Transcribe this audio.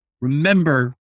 remember